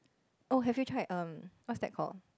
oh have you tried um what's that called